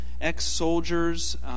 ex-soldiers